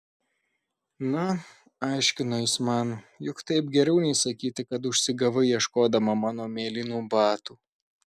na aiškino jis man juk taip geriau nei sakyti kad užsigavai ieškodama mano mėlynų batų